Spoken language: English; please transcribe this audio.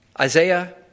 Isaiah